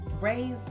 raise